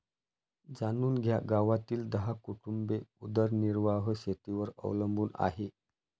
जाणून घ्या गावातील दहा कुटुंबे उदरनिर्वाह शेतीवर अवलंबून आहे